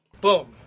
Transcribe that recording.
Boom